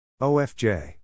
OFJ